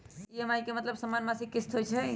EMI के मतलब समान मासिक किस्त होहई?